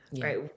right